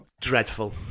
dreadful